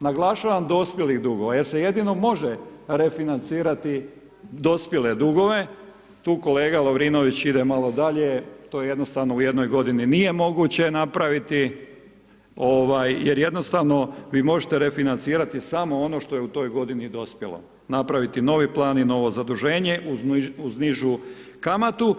naglašavam, dospjelih duga jer se jedino može refinancirati dospjele dugove, tu kolega Lovrinović ide malo dalje, to jednostavno u jednog godini nije moguće napraviti jer jednostavno, vi možete refinancirati samo ono što je u toj godini dospjelo, napraviti novi plan i novo zaduženje uz nižu kamatu.